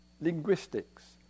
linguistics